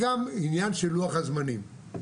עניין של לוח הזמנים.